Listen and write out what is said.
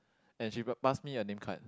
and she got pass me her namecard